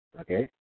Okay